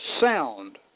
sound